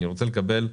אני רוצה לקבל,